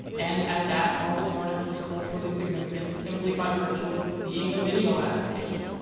and, at that, marble hornets was culturally significant simply by virtue of being a video adaptation.